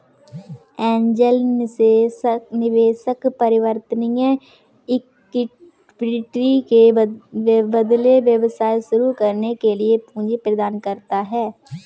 angel निवेशक परिवर्तनीय equity के बदले व्यवसाय शुरू करने के लिए पूंजी प्रदान करता है